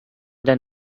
than